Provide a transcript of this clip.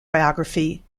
biography